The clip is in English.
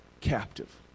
captive